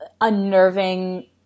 unnerving